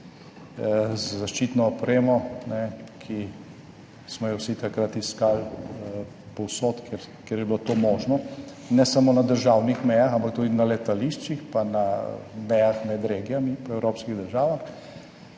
zaščitno opremo, ki smo jo vsi takrat iskali povsod, kjer je bilo to možno, ne samo na državnih mejah, ampak tudi na letališčih, pa na mejah med regijami po evropskih državah.